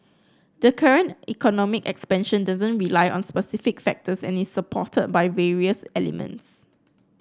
the current economic expansion doesn't rely on specific factors and it supported by various elements